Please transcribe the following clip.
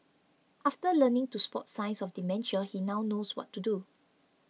after learning to spot signs of dementia he now knows what to do